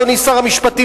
אדוני שר המשפטים,